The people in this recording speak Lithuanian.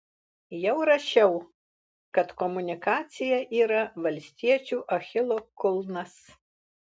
jau rašiau kad komunikacija yra valstiečių achilo kulnas